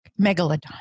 Megalodon